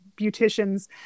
beauticians